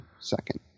second